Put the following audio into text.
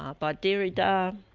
ah by derrida.